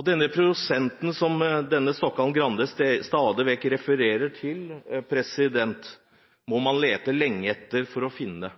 Og denne prosenten som Grande stadig vekk refererer til, må man lete lenge etter for å finne.